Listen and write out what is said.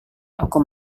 aku